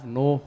no